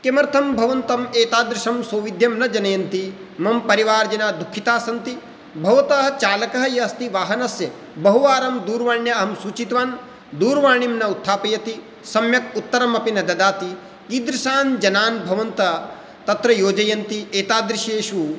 किमर्थं भवन्तम् एतादृशं सौविद्यं न जनयन्ति मम परिवारजना दुःखिताः सन्ति भवतः चालकः यः अस्ति वाहनस्य बहुवारम् दूरवाण्या अहं सूचीतवान् दूरवाणीं न उत्थापयति सम्यक् उत्तरमपि न ददाति कीदृशान् जनान् भवन्तः तत्र योजयन्ति एतादृशेषु